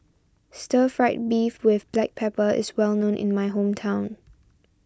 Stir Fried Beef with Black Pepper is well known in my hometown